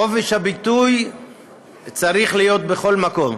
חופש הביטוי צריך להיות בכל מקום,